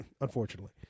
unfortunately